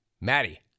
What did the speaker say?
Maddie